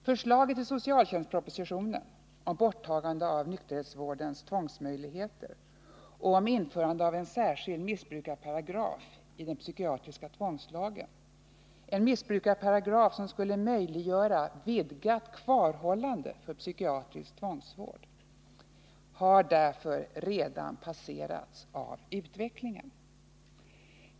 Förslaget i socialtjänstpropositionen om borttagande av nykterhetsvårdslagens tvångsmöjligheter och om införandet av en särskild missbruksparagraf i den psykiatriska tvångslagen , en missbruksparagraf som skulle möjliggöra ett vidgat kvarhållande för psykiatrisk tvångsvård, har därför redan passerats av utvecklingen.